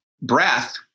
breath